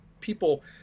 people